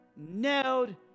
nailed